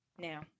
now